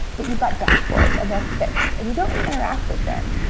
but you've got dashboards, and they're fixed, and you don't really interact with them.